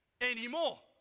anymore